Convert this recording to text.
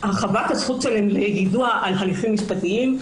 בהרחבת היידוע על הליכים משפטיים.